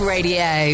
Radio